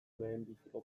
lehenbiziko